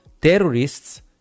terrorists